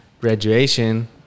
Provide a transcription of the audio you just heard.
graduation